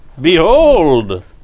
Behold